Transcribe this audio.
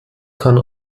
kann